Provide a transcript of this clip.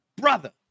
brother